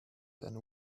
then